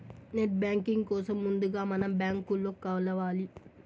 net banking కోసం ముందుగా మనం బ్యాంకులో కలవాలి